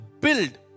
build